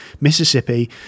mississippi